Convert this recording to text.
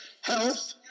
health